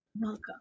Welcome